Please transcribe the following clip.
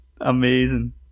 Amazing